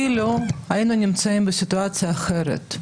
אילו היינו נמצאים בסיטואציה אחרת,